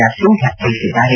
R Sindhya ತಿಳಿಸಿದ್ದಾರೆ